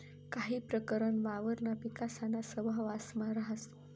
काही प्रकरण वावरणा पिकासाना सहवांसमा राहस